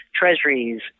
Treasuries